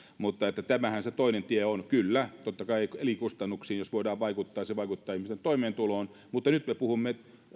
mutta tämähän se toinen tie on kyllä totta kai elinkustannuksiin jos voidaan vaikuttaa se vaikuttaa ihmisten toimeentuloon mutta nyt me puhumme